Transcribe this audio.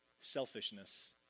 selfishness